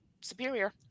superior